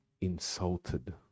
insulted